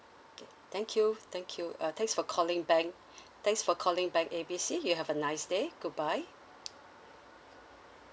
okay thank you thank you uh thanks for calling bank thanks for calling bank A B C you have a nice day goodbye